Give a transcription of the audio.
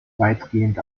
weitgehend